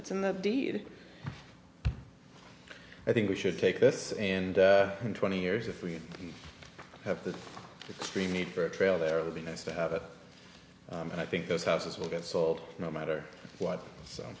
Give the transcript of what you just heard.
it's in the deed i think we should take this and in twenty years if we have the extreme need for a trail there it would be nice to have it and i think those houses will get sold no matter what so